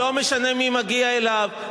לא משנה מי מגיע אליו,